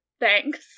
Thanks